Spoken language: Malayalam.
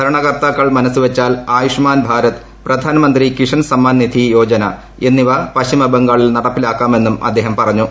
ഭരണകർത്താക്കൾ മനസ്സ് വെച്ചാൽ ആയുഷ്മാൻ ഭാരത് പ്രധാൻമന്ത്രി കിഷൻ സമ്മാൻ നിധി യോജന എന്നിവ പശ്ചിമ ബംഗാളിൽ നടപ്പിലാക്കാമെന്നും അദ്ദേഹം പറഞ്ഞു